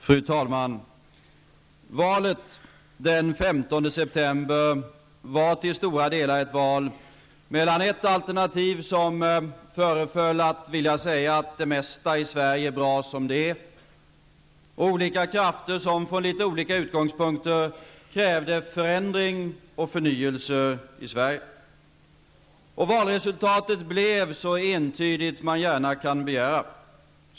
Fru talman! Valet den 15 september var till stora delar ett val mellan ett alternativ som föreföll att vilja säga att det mesta i Sverige är bra som det är och olika krafter som från litet olika utgångspunkter krävde en förändring och en förnyelse i Sverige. Valresultatet blev så entydigt som man gärna kan begära.